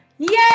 Yay